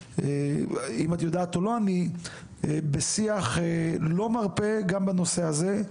אם את יודעת או לא אני בשיח לא מרפה גם בנושא הזה.